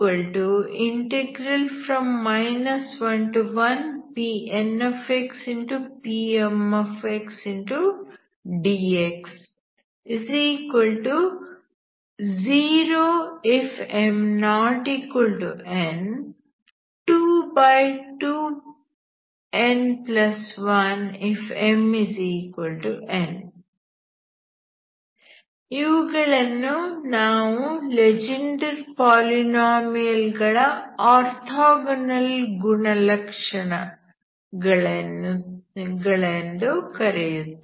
Pmxdx 0 if m≠n 22n1 if mn ಇವುಗಳನ್ನು ನಾವು Legendre polynomial ಗಳ ಆರ್ಥೋಗೋನಲ್ ಗುಣಲಕ್ಷಣಗಳೆಂದು ಕರೆಯುತ್ತೇವೆ